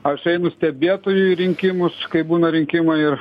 aš einu stebėtoju į rinkimus kai būna rinkimai ir